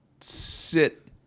sit